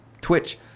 Twitch